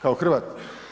Kao Hrvat.